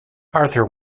arthur